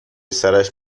سرش